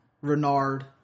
Renard